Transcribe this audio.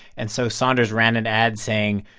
and so saunders ran an ad saying,